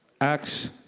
Acts